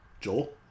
joel